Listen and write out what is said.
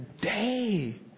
day